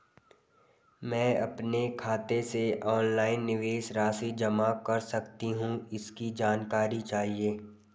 मैं अपने खाते से ऑनलाइन निवेश राशि जमा कर सकती हूँ इसकी जानकारी चाहिए?